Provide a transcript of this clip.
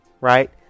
right